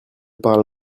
parle